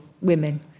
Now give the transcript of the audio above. women